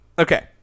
Okay